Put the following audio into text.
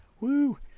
Woo